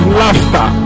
laughter